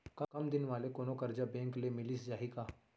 कम दिन वाले कोनो करजा बैंक ले मिलिस जाही का?